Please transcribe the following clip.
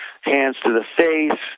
hands-to-the-face